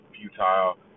futile